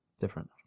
different